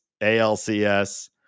alcs